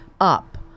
up